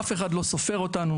אף אחד לא סופר אותנו.